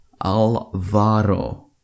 Alvaro